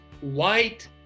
white